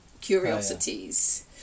curiosities